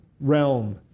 realm